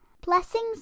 Blessings